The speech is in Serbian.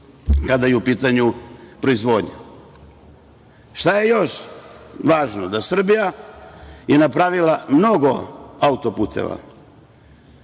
kada je u pitanju proizvodnja. Šta je još važno? Srbija je napravila mnogo autoputeva